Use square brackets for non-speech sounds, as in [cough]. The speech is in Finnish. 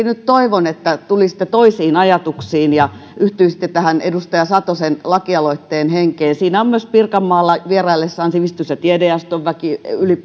nyt toivon että tulisitte toisiin ajatuksiin ja yhtyisitte tähän edustaja satosen lakialoitteen henkeen siinä on myös pirkanmaalla vieraillessaan sivistys ja tiedejaoston väki yli [unintelligible]